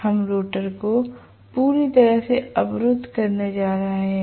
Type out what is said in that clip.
हम रोटर को पूरी तरह से अवरुद्ध करने जा रहे हैं